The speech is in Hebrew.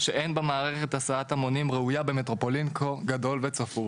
שאין בה מערכת הסעת המונים במטרופולין כה גדול וצפוף,